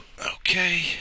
Okay